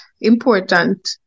important